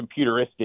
computeristic